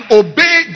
obey